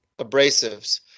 Abrasives